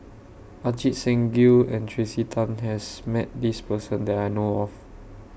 Ajit Singh Gill and Tracey Tan has Met This Person that I know of